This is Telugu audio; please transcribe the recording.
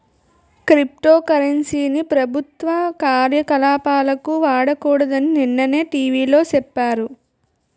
క్రిప్టో కరెన్సీ ని ప్రభుత్వ కార్యకలాపాలకు వాడకూడదని నిన్ననే టీ.వి లో సెప్పారు